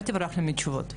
אל תברח לי מתשובות,